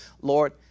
Lord